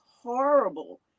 horrible